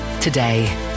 today